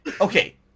okay